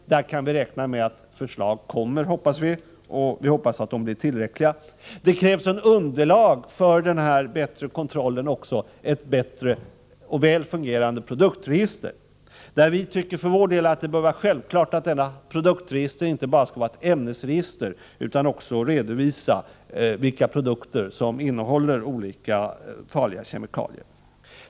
Vi hoppas att vi kan räkna med att förslag kommer och att dessa förslag blir tillräckliga. Det krävs också underlag för denna bättre kontroll: ett bättre och väl fungerande produktregister. Vi tycker för vår del att det bör vara självklart att registret inte bara upptar ämnen utan också redovisar vilka produkter som innehåller olika farliga kemikalier.